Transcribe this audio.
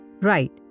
Right